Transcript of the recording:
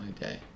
day